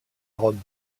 rome